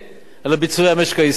לנוכח ביצועי המשק הישראלי.